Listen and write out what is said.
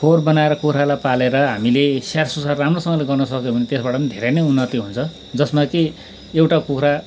खोर बनाएर कुखुरालाई पालेर हामीले स्याहार सुसार राम्रोसँगले गर्नसक्यो भने त्यसबाट पनि धेरै उन्नति हुन्छ जसमा कि एउटा कुखुरा